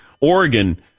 Oregon